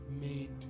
made